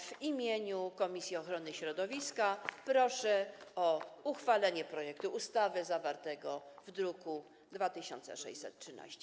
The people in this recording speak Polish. W imieniu komisji ochrony środowiska proszę o uchwalenie projektu ustawy zawartego w druku nr 2613.